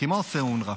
כי מה עושה אונר"א,